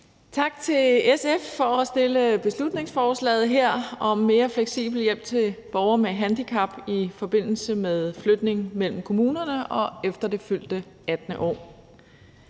tak til SF for at fremsætte beslutningsforslaget her om mere fleksibel hjælp til borgere med handicap i forbindelse med flytning mellem kommunerne og efter det fyldte 18. år.